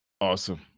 Awesome